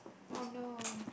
oh no